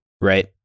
right